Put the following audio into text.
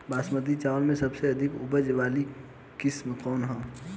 बासमती चावल में सबसे अधिक उपज वाली किस्म कौन है?